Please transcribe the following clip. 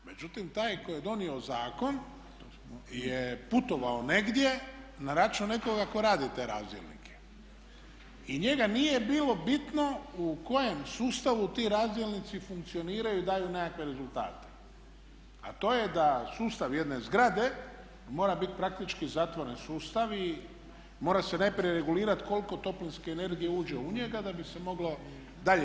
Međutim, taj tko je donio zakon je putovao negdje na račun nekoga tko radi te razdjelnike i njega nije bilo bitno u kojem sustavu ti razdjelnici funkcioniraju i daju nekakve rezultate, a to je da sustav jedne zgrade mora bit praktički zatvoren sustav i mora se najprije regulirati koliko toplinske energije uđe u njega da bi se moglo dalje.